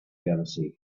jealousy